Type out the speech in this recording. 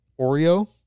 Oreo